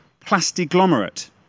Plastiglomerate